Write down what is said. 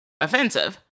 offensive